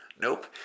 Nope